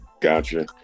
Gotcha